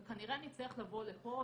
וכנראה שנצטרך לבוא לפה,